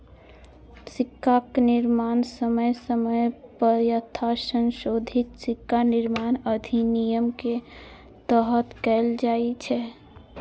सिक्काक निर्माण समय समय पर यथासंशोधित सिक्का निर्माण अधिनियम के तहत कैल जाइ छै